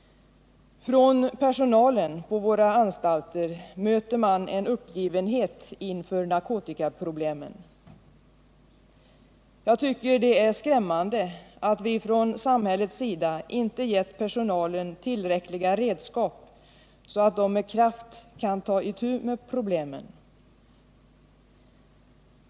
Hos personalen på våra anstalter möter man en uppgivenhet inför narkotikaproblemen. Jag tycker det är skrämmande att vi från samhällets sida inte gett personalen tillräckliga redskap så att de med kraft kan ta itu med problemen.